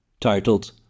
Titled